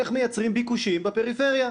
איך מייצרים ביקושים בפריפריה.